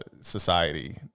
society